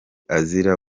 azira